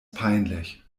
peinlich